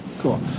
Cool